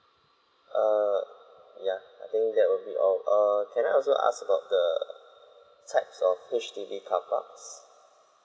err ya I think that would be all err can I also ask about the types of H_D_B carparks